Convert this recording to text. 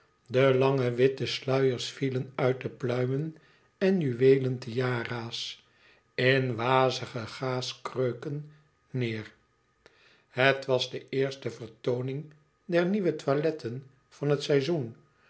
de lange witte sluiers vielen uit de pluimen en juweelen tiara's in wazige gaaskreuken neêr het was de eerste vertooning der nieuwe toiletten van het seizoen